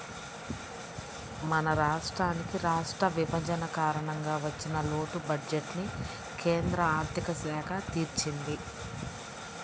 మన రాష్ట్రానికి రాష్ట్ర విభజన కారణంగా వచ్చిన లోటు బడ్జెట్టుని కేంద్ర ఆర్ధిక శాఖ తీర్చింది